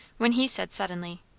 when he said suddenly,